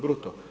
Bruto.